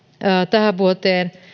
tähän vuoteen